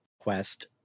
quest